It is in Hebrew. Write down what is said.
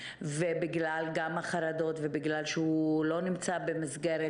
וגם בגלל החרדות וגם בגלל שהוא לא נמצא במסגרת